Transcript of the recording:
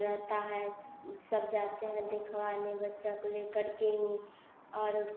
रहता है सब जाते हैं देखवाने बच्चा को लेकर के ही और